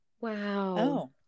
Wow